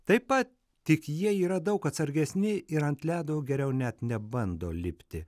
taip pat tik jie yra daug atsargesni ir ant ledo geriau net nebando lipti